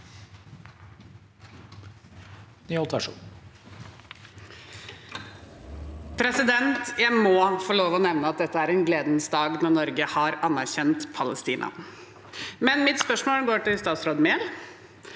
Jeg må få lov til å nevne at dette er en gledens dag, når Norge har anerkjent Palestina. Mitt spørsmål går til statsråd Mehl.